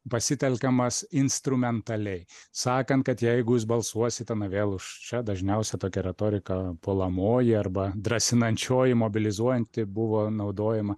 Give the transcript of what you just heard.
pasitelkiamas instrumentaliai sakant kad jeigu jūs balsuosit ten vėl čia dažniausia tokia retorika puolamoji arba drąsinančioji mobilizuojanti buvo naudojama